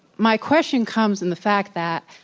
my question comes in the fact that